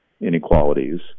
inequalities